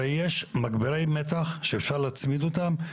הרי יש מגברי מתח שאפשר להצמיד אותם,